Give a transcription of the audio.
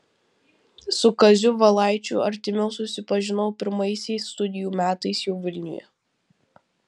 su kaziu valaičiu artimiau susipažinau pirmaisiais studijų metais jau vilniuje